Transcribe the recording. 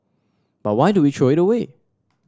but why do we throw it away